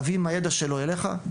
להביא מהידע שלו אליך.